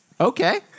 Okay